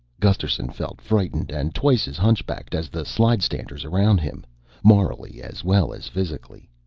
gusterson felt frightened and twice as hunchbacked as the slidestanders around him morally as well as physically.